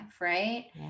right